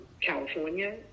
California